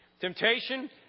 Temptation